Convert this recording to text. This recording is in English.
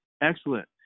Excellent